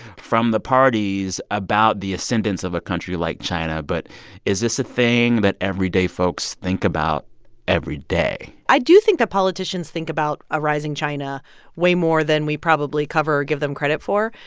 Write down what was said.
from the parties about the ascendance of a country like china. but is this a thing that everyday folks think about every day? i do think that politicians think about a rising china way more than we probably cover or give them credit for.